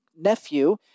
nephew